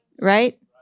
Right